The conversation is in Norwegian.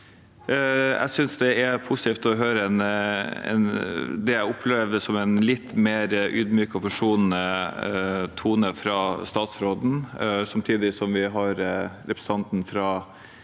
Jeg synes det er positivt å høre det jeg opplevde som en litt mer ydmyk og forsonende tone fra statsråden. Samtidig har vi representanten fra